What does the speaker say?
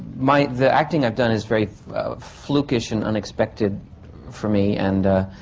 my. the acting i've done is very flukish and unexpected for me. and.